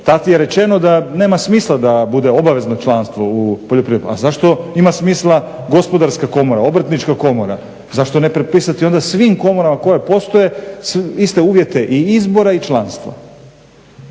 tad je rečeno da nema smisla da bude obavezno u poljoprivrednoj, a zašto ima smisla Gospodarska komora, Obrtnička komora, zašto ne prepisati onda svim komorama koje postoje iste uvjete i izbora i članstva.